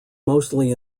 mostly